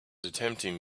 attempting